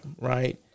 Right